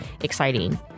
exciting